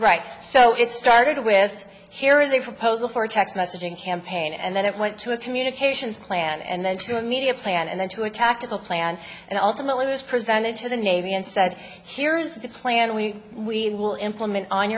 right so it started with here is a proposal for a text messaging campaign and then it went to a communications plan and then to a media plan and then to a tactical plan and ultimately was presented to the navy and said here is the plan we we will implement on